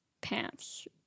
pants